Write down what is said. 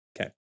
Okay